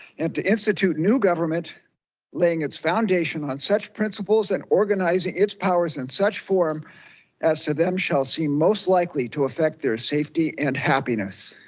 and to institute new government laying its foundation on such principles and organizing its powers in such form as to them shall see most likely to affect their safety and happiness.